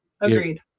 Agreed